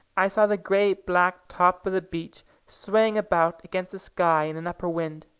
i saw the great black top of the beech swaying about against the sky in an upper wind,